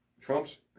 Trump's